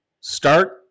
Start